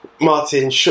Martin